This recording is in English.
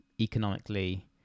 economically